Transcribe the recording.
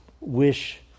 wish